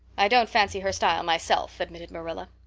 i don't fancy her style myself, admitted marilla,